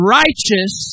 righteous